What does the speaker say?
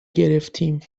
گرفتیم